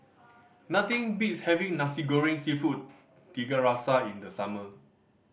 nothing beats having Nasi Goreng Seafood Tiga Rasa in the summer